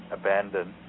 abandoned